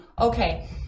Okay